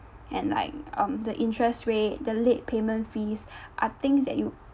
and like um the interest rate the late payment fees are things that you